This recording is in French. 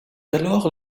alors